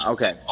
Okay